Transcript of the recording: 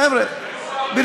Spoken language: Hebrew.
אני, לא, סליחה, חבר'ה, אני.